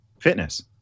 fitness